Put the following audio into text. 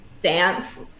dance